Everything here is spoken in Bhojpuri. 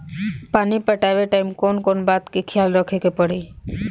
पानी पटावे टाइम कौन कौन बात के ख्याल रखे के पड़ी?